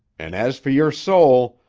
and as fer your soul,